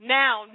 now